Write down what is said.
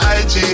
ig